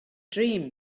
dream